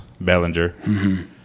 Bellinger